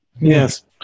yes